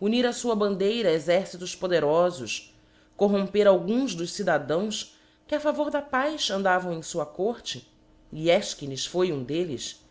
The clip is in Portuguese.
unir á fua bandeira exércitos poderofos corromper alguns dos cidadãos que a favor da paz andavam em fua corte e efchines foi um delles